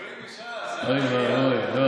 החברים מש"ס, אוי ואבוי.